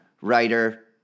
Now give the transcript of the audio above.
writer